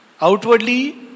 outwardly